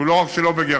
שהוא לא רק שלא בגירעון,